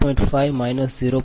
5 j 0